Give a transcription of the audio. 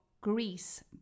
Greece